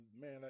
man